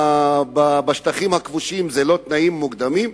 בשטחים הכבושים זה לא תנאים מוקדמים?